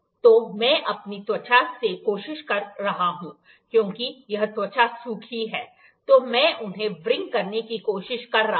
तो मैं अपनी त्वचा से कोशिश कर रहा हूं क्योंकि यहां त्वचा सूखी है तो मैं उन्हें व्रिंग करने की कोशिश कर रहा हूं